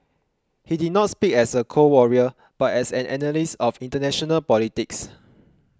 he did not speak as a Cold Warrior but as an analyst of international politics